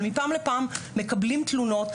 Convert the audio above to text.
אבל מפעם לפעם מקבלים תלונות,